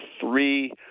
three